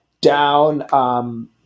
down –